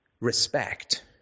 respect